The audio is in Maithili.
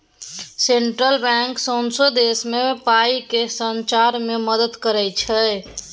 सेंट्रल बैंक सौंसे देश मे पाइ केँ सचार मे मदत करय छै